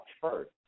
first